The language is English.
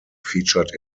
featured